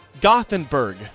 Gothenburg